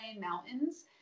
mountains